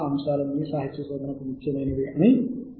అందువలన ఇవన్నీ మన సాహిత్య శోధన కోసం ఎంచుకోవచ్చు